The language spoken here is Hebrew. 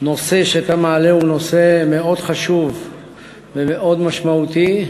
שהנושא שאתה מעלה הוא נושא מאוד חשוב ומאוד משמעותי,